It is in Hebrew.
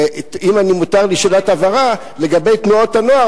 ואם מותר לי שאלת הבהרה לגבי תנועות הנוער,